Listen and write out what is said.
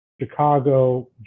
Chicago